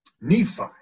Nephi